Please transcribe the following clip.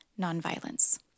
nonviolence